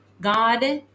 God